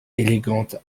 élégante